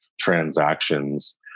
transactions